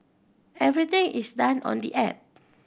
everything is done on the app